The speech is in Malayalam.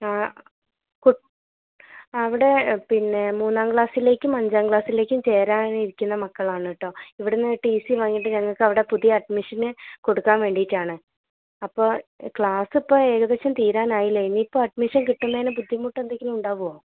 ആ അവിടെ പിന്നെ മൂന്നാം ക്ളാസ്സിലേക്കും അഞ്ചാം ക്ലാസ്സിലേക്കും ചേരാനിരിക്കുന്ന മക്കളാണ് കേട്ടോ ഇവിടുന്ന് ടി സി വാങ്ങിയിട്ട് ഞങ്ങൾക്കവിടെ പുതിയ അഡ്മിഷന് കൊടുക്കാൻ വേണ്ടിയിട്ടാണ് അപ്പോൾ ക്ലാസ്സിപ്പം ഏകദേശം തീരാനായില്ലേ ഇനിയിപ്പോൾ അഡ്മിഷൻ കിട്ടുന്നതിന് ബുദ്ധിമുട്ടെന്തെങ്കിലും ഉണ്ടാവുമോ